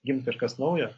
gims kažkas naujo